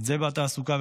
בתעסוקה,